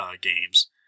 games